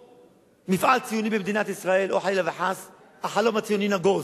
מפעל ציוני במדינת ישראל או שהחלום הציוני נגוז,